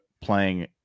playing